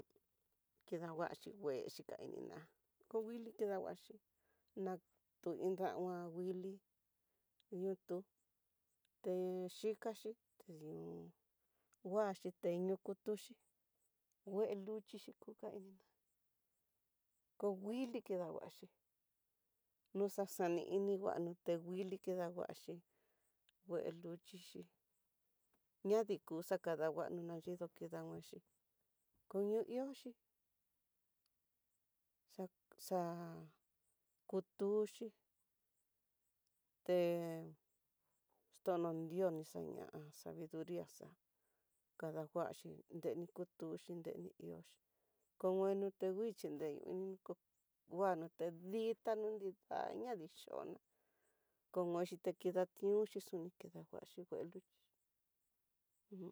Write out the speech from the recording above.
Kedanguaxhi ngue keda ininá ko nguili davaxhi, nato iin dangua nguili, ñotu texhikaxhi ñon nguaxhi tedukutuxhi, ngueluxi xi kuka ininá, ko nguili kedaguaxhi, nuxa xani ininguananó te nguili kedanguaxi ndeluchixi ñadii ku xakandanguano nayidó kedanxhi, ku ihóxhi xa xa kutuxhi, te ton nonrios nixaña sabiduria xa'á kadanguaxhi nreni kutuxhi nreni ihóx ko ngueno tenruxhi nreyu ini niko nguanode ditano nrida nanichiná konochi ta kidatiunxi ni kidaxhi ngue luxhixi ujun.